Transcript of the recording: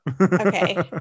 Okay